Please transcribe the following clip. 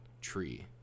tree